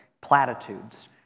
platitudes